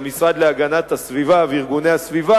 המשרד להגנת הסביבה וארגוני הסביבה,